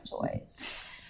toys